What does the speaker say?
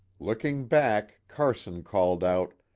look ing back carson called out,